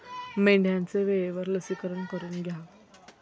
मेंढ्यांचे वेळेवर लसीकरण करून घ्या